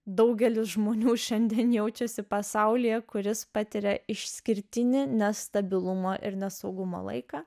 daugelis žmonių šiandien jaučiasi pasaulyje kuris patiria išskirtinį nestabilumą ir nesaugumą laiką